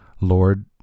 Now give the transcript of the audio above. Lord